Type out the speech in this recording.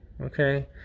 Okay